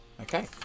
okay